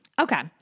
Okay